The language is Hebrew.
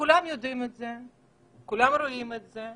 כולם יודעים ורואים את זה,